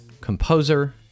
composer